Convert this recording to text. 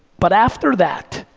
but after that,